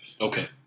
Okay